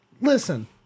listen